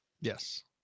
Yes